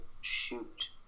shoot